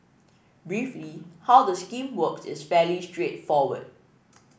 briefly how the scheme works is fairly straightforward